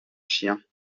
chiens